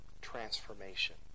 transformation